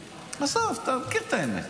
עזוב, אתה מכיר את האמת.